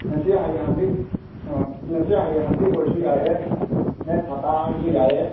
ꯉꯁꯤ ꯍꯌꯦꯡ ꯍꯪꯆꯤꯠ ꯉꯁꯤ ꯍꯌꯦꯡ ꯍꯪꯆꯤꯠ ꯑꯣꯏꯔꯁꯨ ꯌꯥꯏꯌꯦ ꯅꯦꯛꯁ ꯍꯞꯇꯥ ꯑꯣꯏꯔꯁꯨ ꯌꯥꯏꯌꯦ